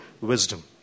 wisdom